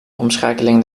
omschakeling